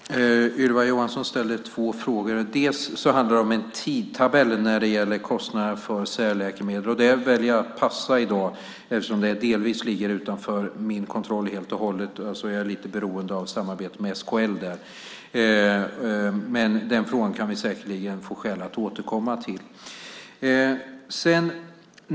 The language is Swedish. Fru talman! Ylva Johansson ställde två frågor. Bland annat handlade det om en tidtabell när det gäller kostnaderna för särläkemedel. Där väljer jag att passa i dag, eftersom det ligger utanför min kontroll helt och hållet. Jag är också lite beroende av samarbetet med SKL. Den frågan kan vi säkerligen få skäl att återkomma till.